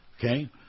Okay